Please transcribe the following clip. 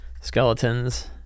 skeletons